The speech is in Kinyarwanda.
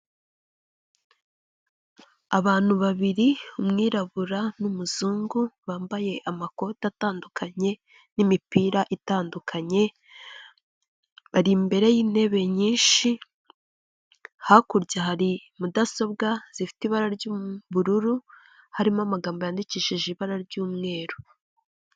Abantu babiri umwirabura n'umuzungu bambaye amakoti atandukanye n'imipira itandukanye, bari imbere y'intebe nyinshi hakurya hari mudasobwa zifite ibara ry'ubururu harimo amagambo yandikishije ibara ry'umweru.